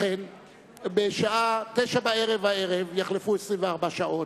לכן, בשעה 21:00 הערב יחלפו 24 שעות,